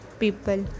people